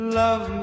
love